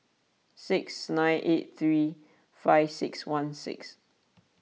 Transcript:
six nine eight three five six one six